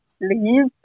leave